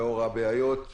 לאור הבעיות,